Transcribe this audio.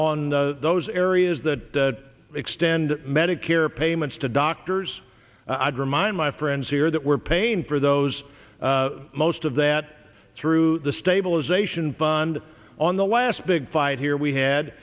on those areas that extend medicare payments to doctors i'd remind my friends here that we're paying for those most of that through the stabilization fund on the last big fight here we